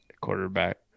quarterback